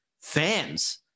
fans